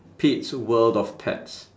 pete's world of pets